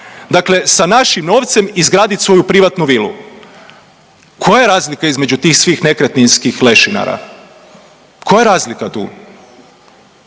Dakle, sa našim novcem izgradit svoju privatnu vilu. Koja je razlika između tih svih nekretninskih lešinara? Koja je razlika tu?